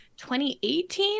2018